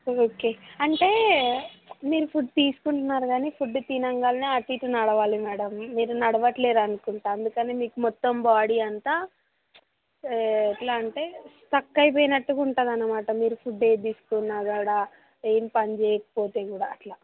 okay అంటే మీరు food తీసుకుంటున్నారు కానీ ఫుడ్ తినగానే అటు ఇటు నడవాలి మ్యాడమ్ మీరు నడవట్లేరు అనుకుంటాను అందుకని మీకు మొత్తం బాడీ అంతా ఎట్లా అంటే స్టక్ అయిపోయినట్టుగా ఉంటుంది అన్నమాట మీరు ఫుడ్ ఏది తీసుకున్నా కూడా ఏమి పనిచేయకపోతే కూడా అట్లా